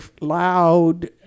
loud